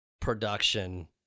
production